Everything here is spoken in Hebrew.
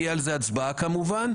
תהיה על זה כמובן הצבעה,